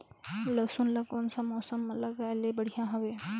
लसुन ला कोन सा मौसम मां लगाय ले बढ़िया हवे?